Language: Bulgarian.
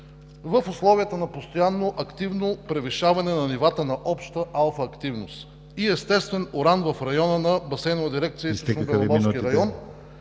в условията на постоянно активно превишаване на нивата на алфа-активност и естествено уран в района на Басейнова дирекция Източно-Беломорски район…